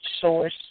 source